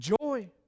Joy